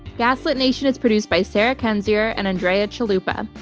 gaslit nation is produced by sarah kendzior and andrea chalupa.